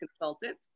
consultant